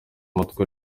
umutwe